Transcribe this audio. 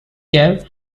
gear